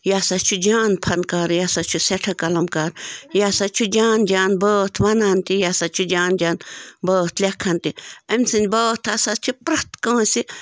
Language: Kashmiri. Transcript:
یہِ ہسا چھُ جان فَنکار یہِ ہسا چھُ سٮ۪ٹھاہ قَلمکار یہِ ہسا چھُ جان جان بٲتھ وَنان تہِ یہِ ہسا چھِ جان جان بٲتھ لٮ۪کھان تہِ أمۍ سٕنٛدۍ بٲتھ ہسا چھِ پرٛٮ۪تھ کٲنٛسہِ